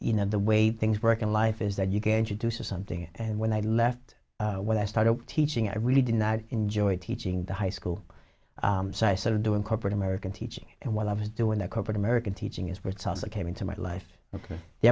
you know the way things work in life is that you can't you do something and when i left when i started teaching i really didn't enjoy teaching high school so i sort of do in corporate america teaching and while i was doing that corporate american teaching is what's also came into my life